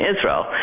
Israel